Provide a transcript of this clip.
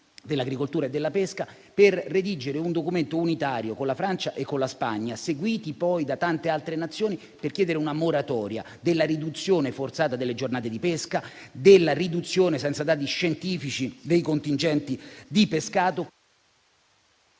dell'agricoltura e della pesca, per redigere un documento unitario con la Francia e con la Spagna, seguiti poi da tante altre Nazioni, per chiedere una moratoria della riduzione forzata delle giornate di pesca, della riduzione senza dati scientifici dei contingenti di pescato.